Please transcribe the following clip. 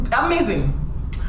amazing